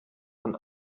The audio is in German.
von